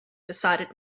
decided